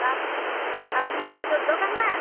up আপনি কি জুতোর দোকানদার